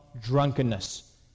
drunkenness